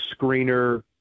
screener